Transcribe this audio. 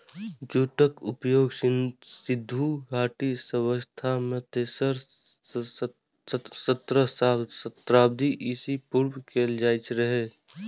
जूटक उपयोग सिंधु घाटी सभ्यता मे तेसर सहस्त्राब्दी ईसा पूर्व कैल जाइत रहै